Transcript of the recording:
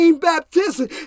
baptism